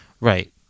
Right